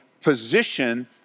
position